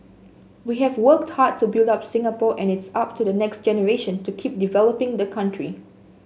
we have worked hard to build up Singapore and it's up to the next generation to keep developing the country